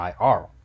IR